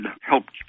helped